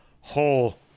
whole